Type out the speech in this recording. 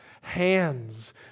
hands